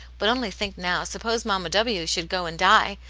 but only think now, suppose mamma w. should go and die!